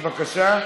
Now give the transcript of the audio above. בבקשה.